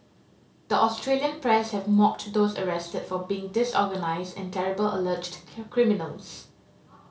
the Australian press have mocked those arrested for being disorganised and terrible alleged criminals